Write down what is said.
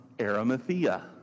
Arimathea